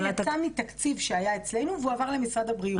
אבל --- זה יצא מתקציב שהיה אצלנו והוא עבר למשרד הבריאות.